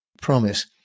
promise